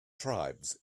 tribes